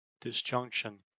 disjunction